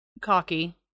cocky